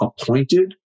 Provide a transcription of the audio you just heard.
appointed